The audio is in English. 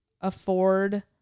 afford